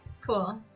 Cool